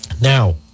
Now